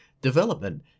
Development